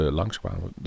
langskwamen